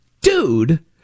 dude